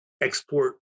export